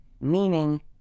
Meaning